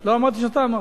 לא אמרתי שאתה אמרת.